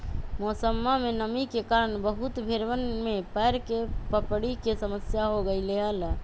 मौसमा में नमी के कारण बहुत भेड़वन में पैर के पपड़ी के समस्या हो गईले हल